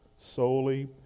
solely